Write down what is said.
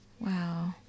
Wow